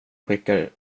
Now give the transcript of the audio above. skickar